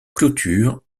clôture